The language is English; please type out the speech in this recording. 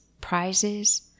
prizes